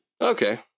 Okay